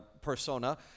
persona